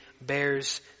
bears